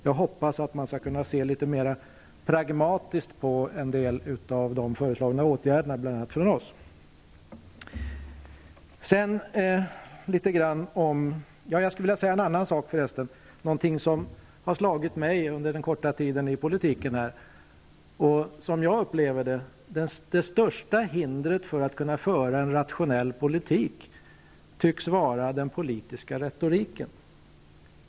Jag hoppas att man skall kunna se litet mera pragmatiskt på en del av de föreslagna åtgärderna, bl.a. på förslag som har framförts av oss. Någonting som har slagit mig under den korta tiden i politiken såsom det största hindret för att kunna föra en rationell politik tycks vara den politiska retoriken.